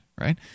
right